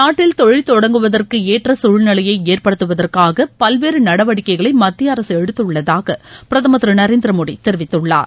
நாட்டில் தொழில் தொடங்குவதற்கு ஏற்ற சூழ்நிலையை ஏற்படுத்துவதற்காக பல்வேறு நடவடிக்கைகளை மத்திய அரசு எடுத்துள்ளதாக பிரதமர் திரு நரேந்திரமோடி தெரிவித்துள்ளார்